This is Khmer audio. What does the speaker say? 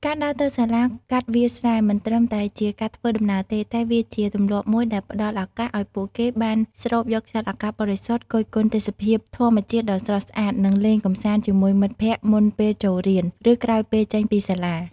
ការដើរទៅសាលាកាត់វាលស្រែ មិនត្រឹមតែជាការធ្វើដំណើរទេ តែវាជាទម្លាប់មួយដែលផ្តល់ឱកាសឲ្យពួកគេបាន ស្រូបយកខ្យល់អាកាសបរិសុទ្ធ គយគន់ទេសភាពធម្មជាតិដ៏ស្រស់ស្អាត និងលេងកម្សាន្តជាមួយមិត្តភក្តិមុនពេលចូលរៀន ឬក្រោយពេលចេញពីសាលា។